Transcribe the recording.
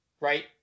Right